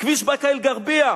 כביש באקה-אל-ע'רביה.